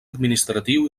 administratiu